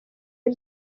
ari